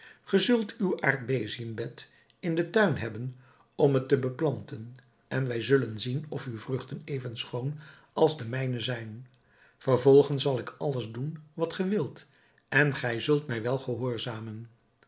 zult uw aardbeziënbed in den tuin hebben om het te beplanten en wij zullen zien of uw vruchten even schoon als de mijne zijn vervolgens zal ik alles doen wat ge wilt en gij zult mij wel gehoorzamen